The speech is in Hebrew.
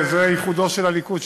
זה ייחודו של הליכוד,